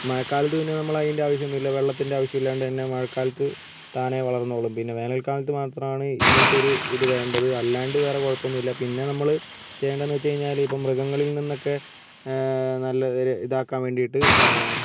മഴക്കാലത്ത് പിന്നെ നമ്മൾ അതിൻ്റെ ആവശ്യമൊന്നും ഇല്ല വെള്ളത്തിൻ്റെ ആവശ്യം ഇല്ലാണ്ട് തന്നെ മഴക്കാലത്ത് താനേ വളർന്നോളും പിന്നെ വേനൽക്കാലത്ത് മാത്രമാണ് ഇങ്ങനത്തൊരു ഇത് വേണ്ടത് അല്ലാണ്ട് വേറെ കുഴപ്പമൊന്നും ഇല്ല പിന്നെ നമ്മൾ ചെയ്യേണ്ടതിന്ന് വെച്ച് കഴിഞ്ഞാൽ ഇപ്പോൾ മൃഗങ്ങളിൽ നിന്നൊക്കെ നല്ല ഒരു ഇതാക്കാൻ വേണ്ടീട്ട്